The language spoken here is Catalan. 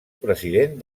president